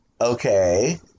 Okay